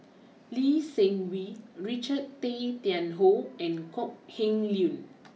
Lee Seng Wee Richard Tay Tian Hoe and Kok Heng Leun